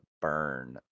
burn